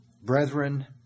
Brethren